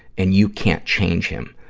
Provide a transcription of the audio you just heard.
and you can't change him.